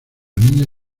niña